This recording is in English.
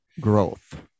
growth